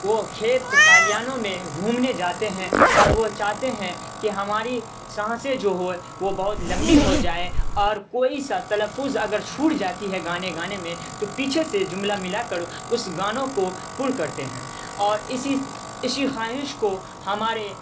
وہ کھیت کھلیانوں میں گھومنے جاتے ہیں اور وہ چاہتے ہیں کہ ہماری سانسیں جو ہوئے وہ بہت لمبی ہو جائیں اور کوئی سا تلفظ اگر چھوٹ جاتی ہے گانے گانے میں تو پیچھے سے جملہ ملا کر اس گانوں کو پر کرتے ہیں اور اسی اسی خواہش کو ہمارے